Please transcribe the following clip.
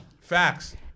facts